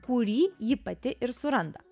kurį ji pati ir suranda